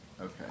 okay